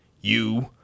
You